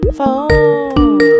Phone